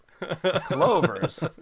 Clovers